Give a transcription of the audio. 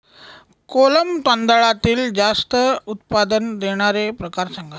कोलम तांदळातील जास्त उत्पादन देणारे प्रकार सांगा